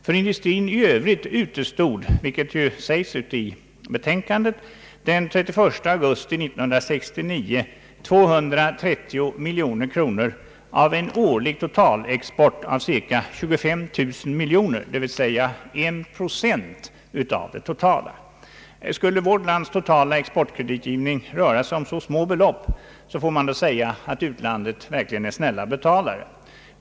För industrin i övrigt utestod, vilket också säges i utlåtandet, den 31 augusti 1969 bara 230 miljoner kronor av en årlig totalexport av ca 25 000 miljoner kronor, dvs. 1 procent. Skulle vårt lands totala exportkreditgivning röra sig om så små belopp, får man säga att det verkligen är snälla betalare i utlandet.